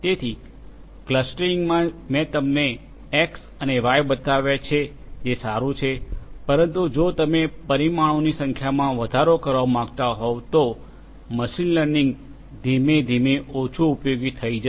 તેથી ક્લસ્ટરીંગમાં મેં તમને Xએક્ષ અને Yવાય બતાવ્યા છે જે સારું છે પરંતુ જો તમે પરિમાણોની સંખ્યામાં વધારો કરવા માંગતા હોવ તો મશીન લર્નિંગ ધીમે ધીમે ઓછું ઉપયોગી થઈ જશે